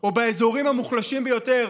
או באזורים המוחלשים ביותר